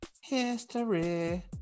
history